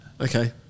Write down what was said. Okay